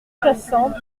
soixante